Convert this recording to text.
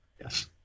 Yes